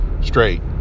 straight